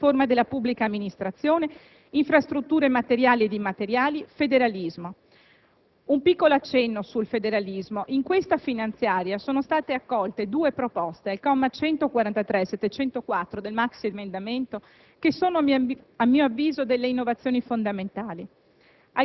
(liberalizzazioni, semplificazione amministrativa, riforma della pubblica amministrazione, infrastrutture materiali ed immateriali, federalismo). Un piccolo accenno sul federalismo. In questa finanziaria sono state accolte due proposte, ai commi 143 e 704 del maxiemendamento, che costituiscono